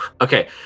Okay